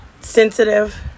sensitive